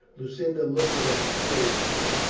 lucinda looked at him curiously.